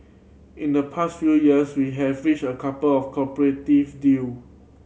in the past few years we have reached a couple of cooperative deal